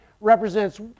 represents